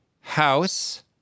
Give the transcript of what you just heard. house